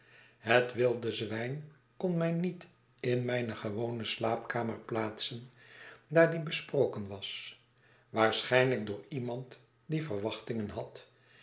het wilde zwijn kon mij niet in mijne gewone slaapkamer plaatsen daar die besproken was waarschijnlijk door iemand die verwachtingen had